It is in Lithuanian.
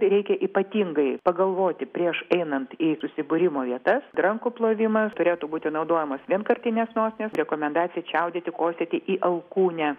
tai reikia ypatingai pagalvoti prieš einant į susibūrimo vietas rankų plovimas turėtų būti naudojamos vienkartinės nosinės rekomendacija čiaudėti kosėti į alkūnę